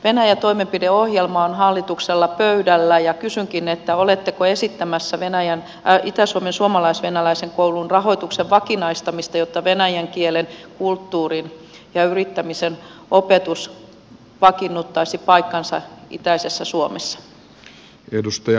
venäjä toimenpideohjelma on hallituksella pöydällä ja kysynkin oletteko esittämässä itä suomen suomalais venäläisen koulun rahoituksen vakinaistamista jotta venäjän kielen kulttuurin ja yrittämisen opetus vakiinnuttaisi paikkansa itäisessä suomessa